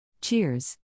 Cheers